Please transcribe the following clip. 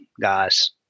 guys